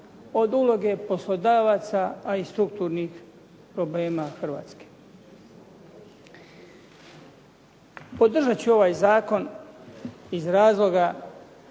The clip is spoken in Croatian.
od uloge poslodavaca, a i strukturnih problema Hrvatske. Podržat ću ovaj zakon iz razloga